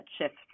shift